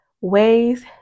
ways